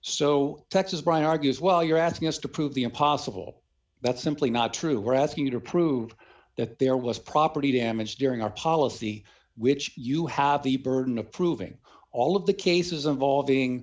so texas brian argues well you're asking us to prove the impossible that's simply not true we're asking you to prove that there was property damage during our policy which you have the burden of proving all of the cases involving